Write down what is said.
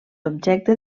objecte